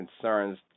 concerns